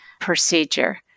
procedure